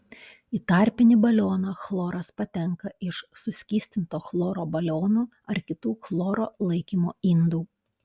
į tarpinį balioną chloras patenka iš suskystinto chloro balionų ar kitų chloro laikymo indų